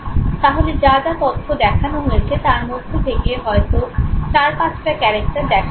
তাহলে যা যা তথ্য দেখানো হয়েছে তার মধ্যে থেকে হয়তো 4 5 টা ক্যারেক্টার দেখা গেছে